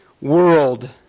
world